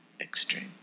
extreme